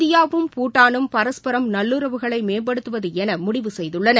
இந்தியாவும் பூடானும் பரஸ்பரம் நல்லுறவுகளை மேம்படுத்துவது என முடிவு செய்துள்ளன